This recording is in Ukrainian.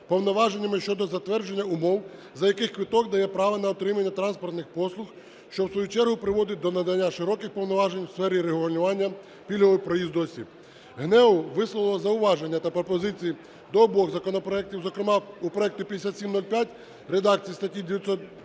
повноваженнями щодо затвердження умов, за яких квиток дає право на отримання транспортних послуг, що, в свою чергу, призводить до надання широких повноважень в сфері регулювання пільгового проїзду осіб. ГНЕУ висловило зауваження та пропозиції до обох законопроектів. Зокрема, у проекті 5705 в редакції статті 910